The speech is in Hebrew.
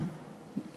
כן.